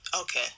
okay